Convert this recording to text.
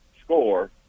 score